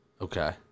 Okay